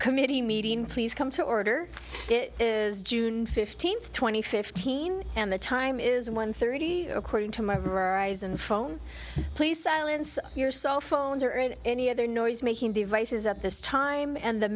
committee meeting please come to order it is june fifteenth two thousand and fifteen and the time is one thirty according to my horizon phone please silence your cell phones or in any other noise making devices at this time and the